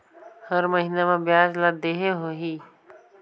हर महीना मा ब्याज ला देहे होही?